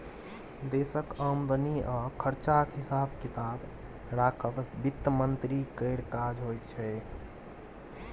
देशक आमदनी आ खरचाक हिसाब किताब राखब बित्त मंत्री केर काज होइ छै